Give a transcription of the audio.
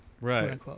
right